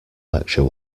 lecture